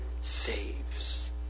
saves